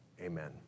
Amen